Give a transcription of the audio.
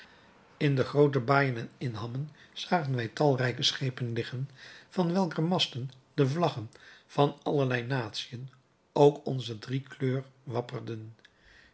in de groote baaien en inhammen zagen wij talrijke schepen liggen van welker masten de vlaggen van allerlei natiën ook onze driekleur wapperden